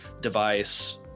device